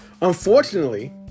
Unfortunately